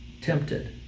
tempted